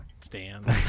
stand